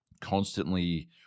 constantly